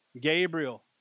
Gabriel